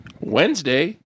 Wednesday